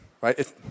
Right